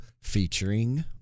featuring